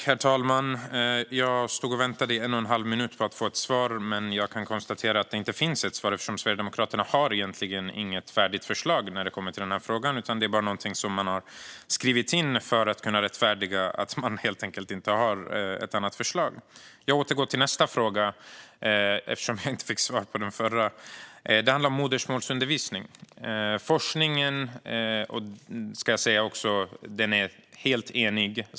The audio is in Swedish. Herr talman! Jag väntade i en och en halv minut på att få ett svar, men jag kan konstatera att det inte finns ett svar eftersom Sverigedemokraterna egentligen inte har ett färdigt förslag i frågan. Det är bara någonting som har skrivits in för att rättfärdiga att det inte finns ett förslag. Jag går till nästa fråga, eftersom jag inte fick svar på den förra. Nästa fråga handlar om modersmålsundervisningen.